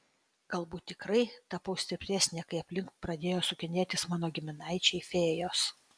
galbūt tikrai tapau stipresnė kai aplink pradėjo sukinėtis mano giminaičiai fėjos